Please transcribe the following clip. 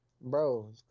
bro